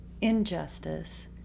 injustice